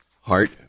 Heart